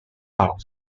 art